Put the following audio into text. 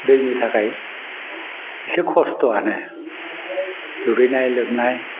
दैनि थाखाय इसे खस्थ'आनो दुगैनाय लोबनाय